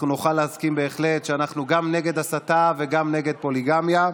אנחנו נוכל להסכים בהחלט שאנחנו גם נגד הסתה וגם נגד פוליגמיה.